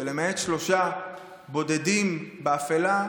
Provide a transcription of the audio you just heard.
שלמעט שלושה בודדים באפלה,